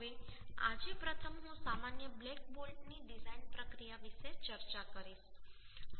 હવે આજે પ્રથમ હું સામાન્ય બ્લેક બોલ્ટની ડિઝાઇન પ્રક્રિયા વિશે ચર્ચા કરીશ